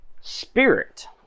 Spirit